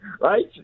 right